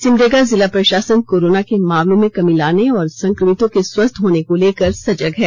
सिमडेगा जिला प्राासन कोरोना के मामलों में कमी लाने और संक्रमितों के स्वस्थ होने को लेकर सजग है